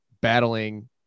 battling